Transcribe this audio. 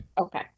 Okay